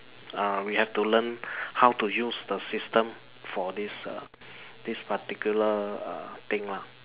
uh we have to learn how to use the system for this uh this particular err thing lah